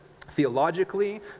Theologically